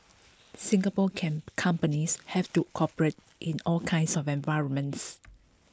Singapore companies have to operate in all kinds of environments